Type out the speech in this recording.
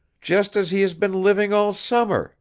just as he has been living all summer